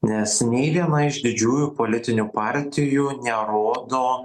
nes nei viena iš didžiųjų politinių partijų nerodo